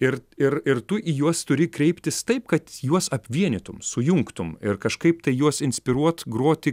ir ir ir tu į juos turi kreiptis taip kad juos apvienytum sujungtum ir kažkaip tai juos inspiruot groti